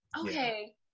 okay